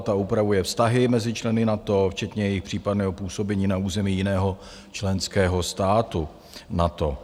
Ta upravuje vztahy mezi členy NATO včetně jejich případného působení na území jiného členského státu NATO.